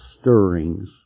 stirrings